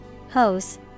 Hose